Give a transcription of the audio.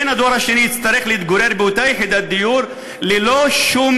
בן הדור השני יצטרך להתגורר באותה יחידת דיור ללא שום